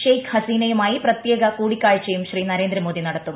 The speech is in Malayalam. ഷെയ്ഖ് ഹസീനയുമായി പ്രത്യേക കൂടിക്കാഴ്ചയും ശ്രീ നരേന്ദ്രമോദി നടത്തും